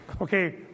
Okay